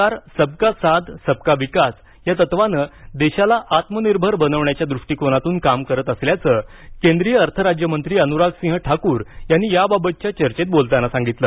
सरकार सबका साथ सबका विकास या तत्त्वानं आणि देशाला आत्मनिर्भर बनवण्याचया दृष्टिकोनातून काम करत असल्याचं केंद्रीय अर्थराज्यमंत्री अनुरागसिंह ठाकूर यांनी याबाबतच्या चर्चेत बोलताना सांगितलं